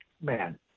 man